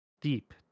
deep